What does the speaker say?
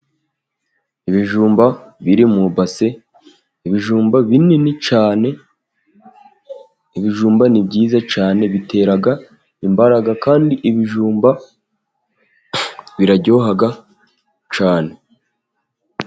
Ibijumba biri mu ibase, ibijumba binini cyane. Ibijumba ni byiza cyane bitera imbaraga kandi ibijumba biraryoha cyane.